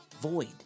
void